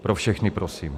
Pro všechny, prosím.